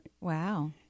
Wow